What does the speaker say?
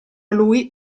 lui